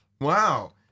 Wow